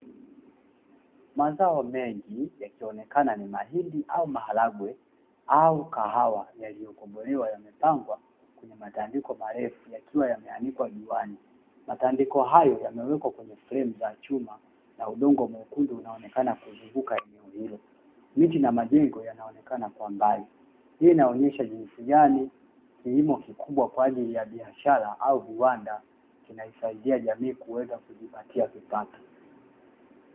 Mazao mengi yakionekana ni mahidi au maharagwe, au kahawa yaliyobomolewa yamepangwa kwenye matandiko marefu yakiwa yameanikwa nyumbani, matandiko hayo yamewekwa kwenye fremu za chuma na udongo mwekundu unaoonekana kuzunguka nchi na majengo yanaonekana kwa mbali hii inaonyesha jinsi gani kilimo kikubwa kwa ajili ya biashara au viwanda kinaisaidia jamii kuweza kujipatia kipato.